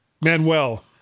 Manuel